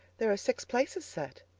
there are six places set.